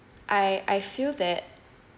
I I feel that